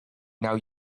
now